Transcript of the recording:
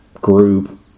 group